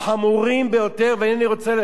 ואיני רוצה לפרט אותם פה,